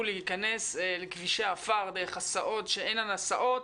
להיכנס לכבישי עפר דרך הסעות שאינן הסעות,